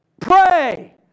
Pray